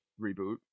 reboot